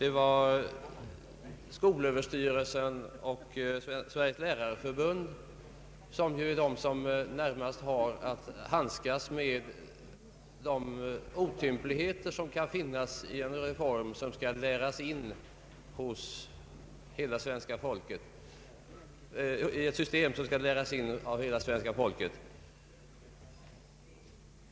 Det var skolöverstyrelsen och Sveriges lärarförbund som ju är de som närmast har att handskas med de otympligheter som kan finnas i ett system som skall läras in av hela svenska folket.